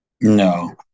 No